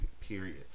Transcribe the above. period